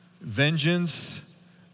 Vengeance